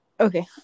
Okay